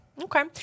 Okay